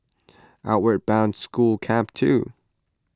Outward Bound School Camp two